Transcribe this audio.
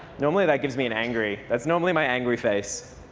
normally that gives me an angry. that's normally my angry face.